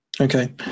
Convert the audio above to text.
Okay